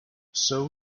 seoul